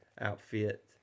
outfit